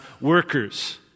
workers